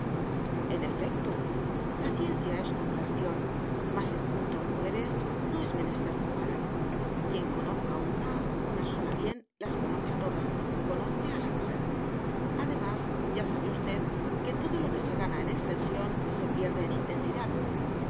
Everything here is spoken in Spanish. en efecto la ciencia es comparación mas en punto a mujeres no es menester comparar quien conozca una una sola bien las conoce todas conoce a la mujer además ya sabe usted que todo lo que se gana en extensión se pierde en intensidad